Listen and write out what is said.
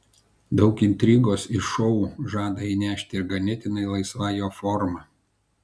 daug intrigos į šou žada įnešti ir ganėtinai laisva jo forma